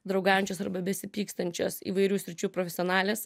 draugaujančios arba besipykstančios įvairių sričių profesionalės